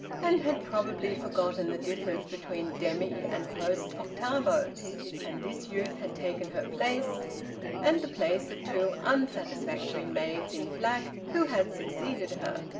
and had probably forgotten the difference between demy and post octavos and this youth had taken her place and the place of two unsatisfactory maids in black who had succeeded her.